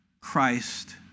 Christ